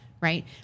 Right